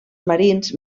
marins